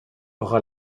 aura